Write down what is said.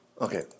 Okay